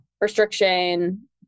restriction